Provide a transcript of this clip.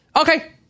Okay